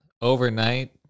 Overnight